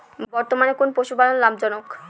বর্তমানে কোন পশুপালন লাভজনক?